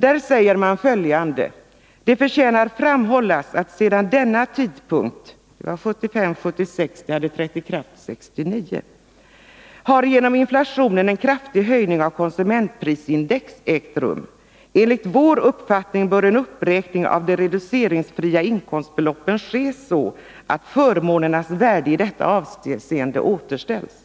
Det heter bl.a.: ”Det förtjänar framhållas att sedan denna tidpunkt” — det var alltså 1975/76, och bestämmelserna hade trätt i kraft 1969 — ”genom inflationen en kraftig höjning av konsumentprisindex ägt rum. Enligt vår uppfattning bör en uppräkning av de reduceringsfria inkomstbeloppen ske så att förmånernas värde i detta avseende återställs.”